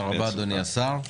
תודה רבה, אדוני השר.